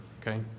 okay